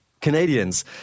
Canadians